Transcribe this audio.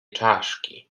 czaszki